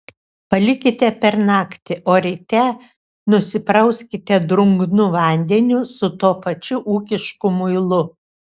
palikite per naktį o ryte nusiprauskite drungnu vandeniu su tuo pačiu ūkišku muilu